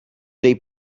dei